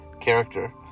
character